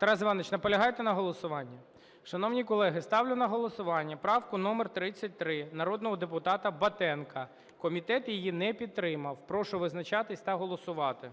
Тарас Іванович, наполягаєте на голосуванні? Шановні колеги, ставлю на голосування правку номер 33 народного депутата Батенка. Комітет її не підтримав. Прошу визначатися та голосувати.